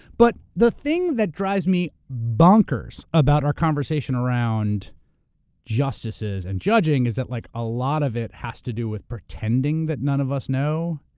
but the thing that drives me bonkers about our conversation around justices and judging is that like a lot of it has to do with pretending that none of us know,